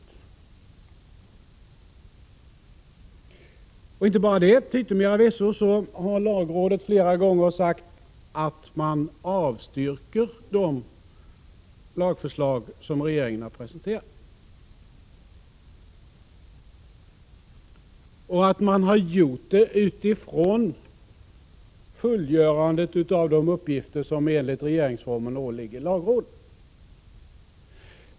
Till yttermera visso har lagrådet flera gånger sagt att det avstyrker de lagförslag som regeringen har presenterat och gör det utifrån fullgörandet av de uppgifter som enligt regeringsformen åvilar lagrådet.